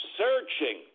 searching